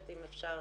כסף".